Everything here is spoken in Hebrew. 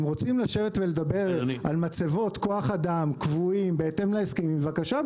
אם רוצים לשבת ולדבר על מצבות כוח אדם קבועים בהתאם להסכמים בבקשה,